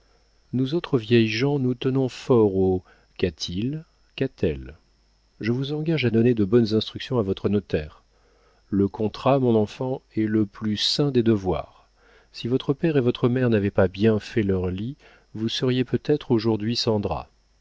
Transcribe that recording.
nous autres vieilles gens nous tenons fort au qu'a-t-il qu'a-t-elle je vous engage à donner de bonnes instructions à votre notaire le contrat mon enfant est le plus saint des devoirs si votre père et votre mère n'avaient pas bien fait leur lit vous seriez peut-être aujourd'hui